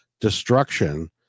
destruction